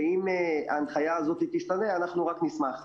אם ההנחיה הזו תשתנה, אנחנו רק נשמח.